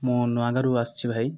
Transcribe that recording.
ମୁଁ ନୂଆଗାଁରୁ ଆସିଛି ଭାଇ